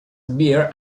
beer